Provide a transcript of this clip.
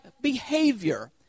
behavior